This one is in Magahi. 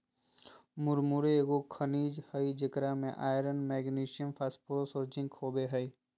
मुरमुरे एगो खनिज हइ जेकरा में आयरन, मैग्नीशियम, फास्फोरस और जिंक होबो हइ